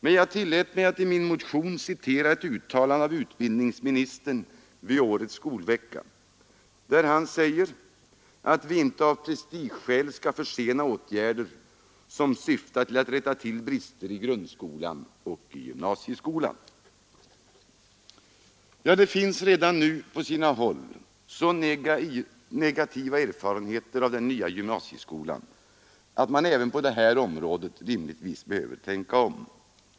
Men vi tillät oss att i vår motion återge ett uttalande av utbildningsministern vid årets skolvecka, där han sade att vi inte av prestigeskäl skall försena åtgärder, som syftar till att rätta till brister i grundskolan och i gymnasieskolan. Det finns redan nu på sina håll så negativa erfarenheter av den nya gymnasieskolan att man även på det här området rimligen behöver tänka om.